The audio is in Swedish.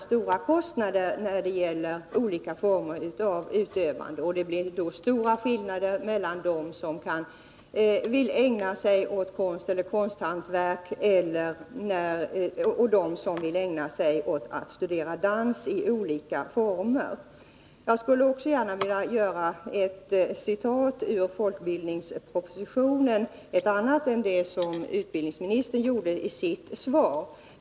Som det nu är, blir det stora skillnader mellan dem som vill ägna sig åt konst eller konsthantverk och dem som vill studera dans. Jag skulle också vilja anföra ett citat ur folkbildningspropositionen, ett annat än det som utbildningsministern androg i sitt svar.